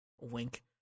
wink